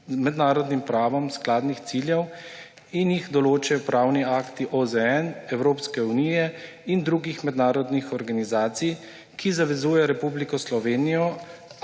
mednarodnim pravom skladnih ciljev, ki jih določajo pravni akti OZN, Evropske unije in drugih mednarodnih organizacij, ki zavezujejo Republiko Slovenijo,